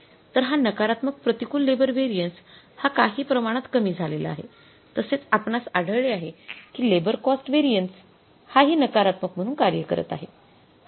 तर हा नकारत्मक प्रतिकूल लेबर व्हेरिएन्स हा काही प्रमाणात कमी झालेला आहे तसेच आपणास आढळले आहे कि लेबर कॉस्ट व्हेरिएन्स हा हि नकारत्मक म्हणून कार्य करत आहे